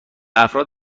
افراد